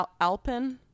Alpin